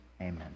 Amen